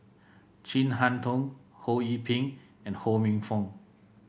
Chin Harn Tong Ho Yee Ping and Ho Minfong